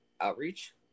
outreach